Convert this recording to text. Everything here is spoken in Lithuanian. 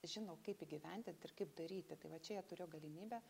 žino kaip įgyvendint ir kaip daryti tai va čia jie turėjo galimybę